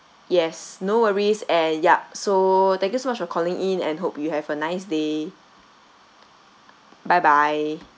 yes no worries and yup so thank you so much for calling in and hope you have a nice day bye bye